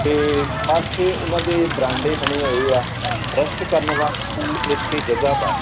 ਅਤੇ ਪਾਸੇ ਉਹਨਾ ਦੇ ਵਰਾਂਡੇ ਬਣੇ ਹੋਏ ਆ ਰੈਸਟ ਕਰਨ ਵਾਸਤੇ ਇੱਥੇ ਜਗ੍ਹਾ ਵਾ